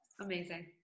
amazing